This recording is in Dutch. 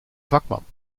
vakman